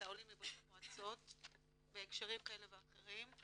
העולים מברית המועצות בהקשרים כאלה ואחרים,